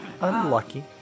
Unlucky